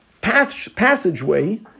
passageway